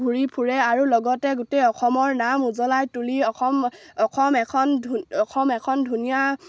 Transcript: ঘূৰি ফুৰে আৰু লগতে গোটেই অসমৰ নাম উজ্বলাই তুলি অসম অসম এখন অসম এখন ধুনীয়া